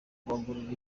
kubagurira